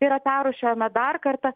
yra perrūšiuojama dar kartą